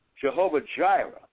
Jehovah-Jireh